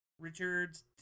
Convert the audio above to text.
Richard's